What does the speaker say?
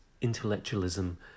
intellectualism